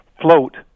float